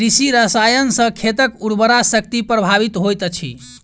कृषि रसायन सॅ खेतक उर्वरा शक्ति प्रभावित होइत अछि